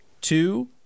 two